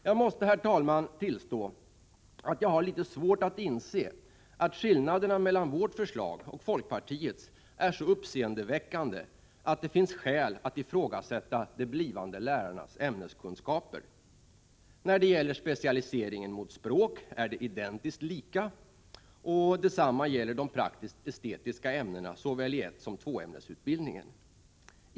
Jag måste, herr talman, tillstå att jag har litet svårt att inse att skillnaden mellan vårt förslag och folkpartiets är så uppseendeväckande att det finns skäl att ifrågasätta de blivande lärarnas ämneskunskaper. När det gäller specialiseringen mot språk är de identiskt lika, och detsamma gäller de praktiskt estetiska ämnena, såväl i ettsom i tvåämnesutbildningen.